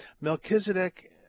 Melchizedek